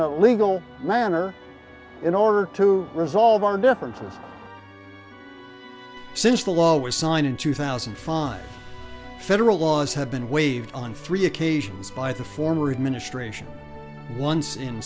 know legal manner in order to resolve our differences since the law was signed in two thousand and five federal laws have been waived on three occasions by the former administration once in